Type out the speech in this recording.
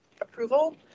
approval